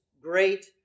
great